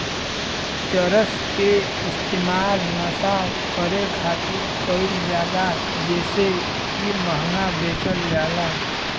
चरस के इस्तेमाल नशा करे खातिर कईल जाला जेसे इ महंगा बेचल जाला